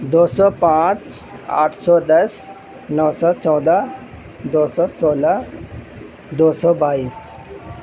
دو سو پانچ آٹھ سو دس نو سو چودہ دو سو سولہ دو سو بائیس